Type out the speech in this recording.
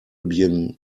being